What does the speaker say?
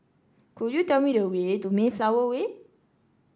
could you tell me the way to Mayflower Way